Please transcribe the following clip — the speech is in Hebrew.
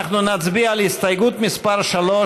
אנחנו נצביע על הסתייגות מס' 3,